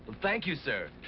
thank you, sir!